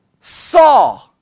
saw